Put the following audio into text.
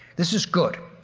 this is good.